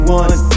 one